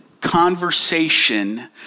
conversation